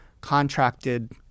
contracted